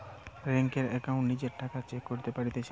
বেংকের একাউন্টে নিজের টাকা চেক করতে পারতেছি